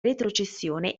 retrocessione